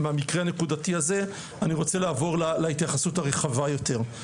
מהמקרה הנקודתי הזה אני רוצה לעבור להתייחסות הרחבה יותר.